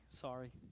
sorry